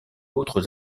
autres